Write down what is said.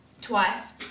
twice